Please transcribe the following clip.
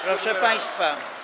Proszę państwa.